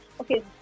okay